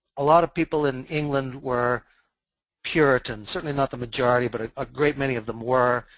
a lot of people in england were puritans, certainly not the majority, but ah a great many of them were.